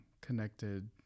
connected